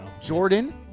Jordan